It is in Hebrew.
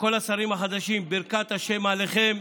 לכל השרים החדשים: ברכת השם עליכם.